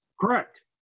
Correct